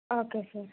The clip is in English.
okay sir